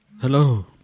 Hello